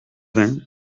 vingt